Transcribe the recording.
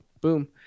boom